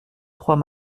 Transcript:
trois